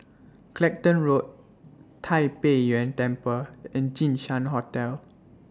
Clacton Road Tai Pei Yuen Temple and Jinshan Hotel